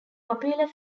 popular